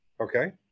okay